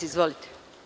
Izvolite.